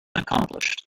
accomplished